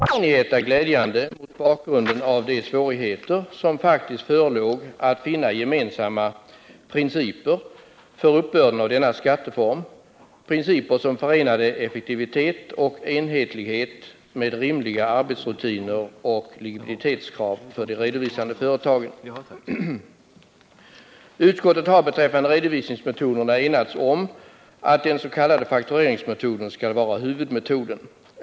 Herr talman! Den nu framlagda propositionen om redovisning av mervärdeskatten har tillstyrkts av skatteutskottet under betydande enighet, som vi redan hört av Johan Olsson och Bo Lundgren. Denna enighet är glädjande mot bakgrund av de svårigheter som faktiskt förelåg när det gällde att finna gemensamma principer för uppbörden av denna skatteform, principer som förenade effektivitet och enhetlighet med rimliga arbetsrutiner och likvidi tetskrav för de redovisande företagen. Utskottet har beträffande redovisningsmetoderna enats om att den s.k. faktureringsmetoden skall vara huvudmetoden.